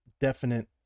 definite